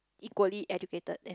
equally educated as